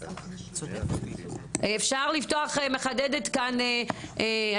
לתת את המענים גם לפרשנויות השונות,